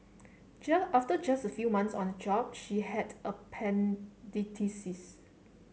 after just a few months on the job she had appendicitis